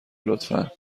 لطفا